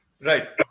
Right